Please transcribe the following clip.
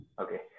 okay